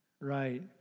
right